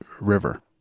River